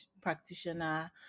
practitioner